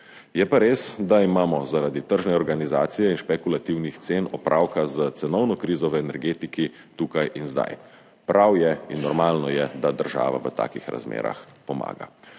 Je pa res, da imamo zaradi tržne organizacije in špekulativnih cen opravka s cenovno krizo v energetiki tukaj in zdaj. Prav je in normalno je, da država v takih razmerah pomaga.